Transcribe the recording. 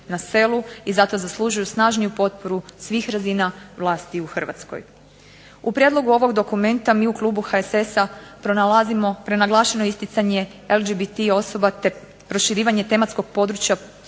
na selu i zato zaslužuju snažniju potporu svih razina vlasti u Hrvatskoj. U prijedlogu ovoga dokumenta mi u Klubu HSS-a pronalazimo prenaglašeno isticanje LGBT osoba te proširivanje tematskog područja